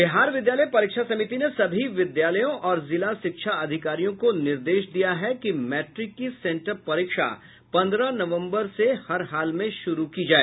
बिहार विद्यालय परीक्षा समिति ने सभी विद्यालयों और जिला शिक्षा अधिकारियों को निर्देश दिया है कि मैट्रिक की सेंटअप परीक्षा पन्द्रह नवम्बर से हर हाल में शुरू की जाए